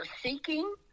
seeking